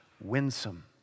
winsome